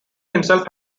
himself